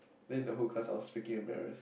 then in the whole class I was freaking embarrassed